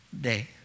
day